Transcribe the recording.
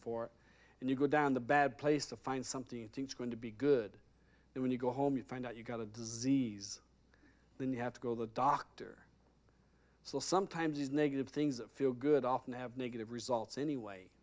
for and you go down the bad place to find something you think is going to be good and when you go home you find out you've got a disease then you have to go the doctor so sometimes is negative things that feel good often have negative results anyway